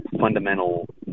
fundamental